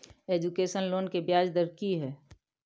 Education loan के ब्याज दर की हय?